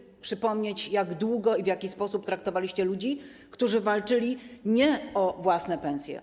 Wystarczy przypomnieć, jak długo i w jaki sposób traktowaliście ludzi, którzy walczyli nie o własne pensje.